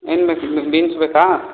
ಏನು ಬೇಕು ನಿಮಗೆ ಬೀನ್ಸ್ ಬೇಕಾ